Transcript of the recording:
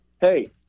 Hey